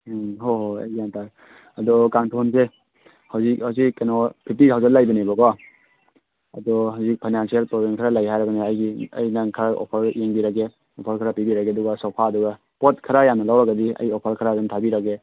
ꯎꯝ ꯍꯣꯏ ꯍꯣꯏ ꯍꯣꯏ ꯑꯩ ꯒ꯭ꯌꯥꯟ ꯇꯥꯔꯦ ꯑꯗꯣ ꯀꯥꯡꯊꯣꯟꯁꯦ ꯍꯧꯖꯤꯛ ꯍꯧꯖꯤꯛ ꯀꯩꯅꯣ ꯐꯤꯞꯇꯤ ꯊꯥꯎꯖꯟ ꯂꯩꯕꯅꯦꯕꯀꯣ ꯑꯗꯣ ꯍꯧꯖꯤꯛ ꯐꯥꯏꯅꯥꯟꯁꯦꯜ ꯄ꯭ꯔꯣꯕ꯭ꯂꯦꯝ ꯈꯔ ꯂꯩ ꯍꯥꯏꯔꯕꯅꯤꯅ ꯑꯩꯒꯤ ꯑꯩ ꯅꯪ ꯈꯔ ꯑꯣꯐꯔ ꯌꯦꯡꯕꯤꯔꯒꯦ ꯑꯣꯐꯔ ꯈꯔ ꯄꯤꯕꯤꯔꯒꯦ ꯑꯗꯨꯒ ꯁꯣꯐꯥꯗꯨꯒ ꯄꯣꯠ ꯈꯔ ꯌꯥꯝꯅ ꯂꯧꯔꯒꯗꯤ ꯑꯩ ꯑꯣꯐꯔ ꯈꯔ ꯑꯗꯨꯝ ꯊꯥꯕꯤꯔꯒꯦ